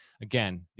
again